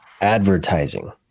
advertising